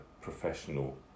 professional